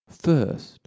first